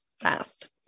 fast